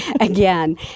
again